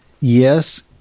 Yes